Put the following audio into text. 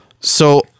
So-